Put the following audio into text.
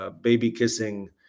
baby-kissing